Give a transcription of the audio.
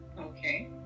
okay